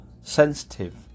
sensitive